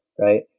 right